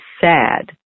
sad